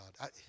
God